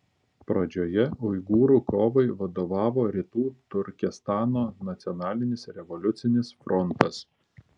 pradžioje uigūrų kovai vadovavo rytų turkestano nacionalinis revoliucinis frontas